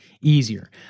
easier